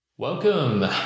Welcome